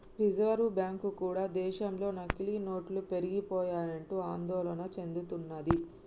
reserve bank కూడా దేశంలో నకిలీ నోట్లు పెరిగిపోయాయంటూ ఆందోళన చెందుతున్నది